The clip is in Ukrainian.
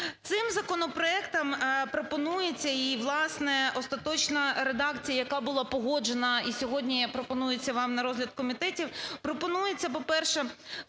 Цим законопроектом пропонується, і, власне, остаточна редакція, яка була погоджена і сьогодні пропонується вам на розгляд комітетів, пропонується, по-перше,